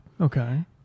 Okay